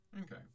Okay